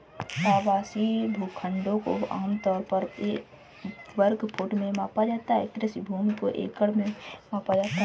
आवासीय भूखंडों को आम तौर पर वर्ग फुट में मापा जाता है, कृषि भूमि को एकड़ में मापा जाता है